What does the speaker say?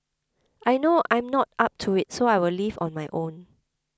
I know I'm not up to it so I will leave on my own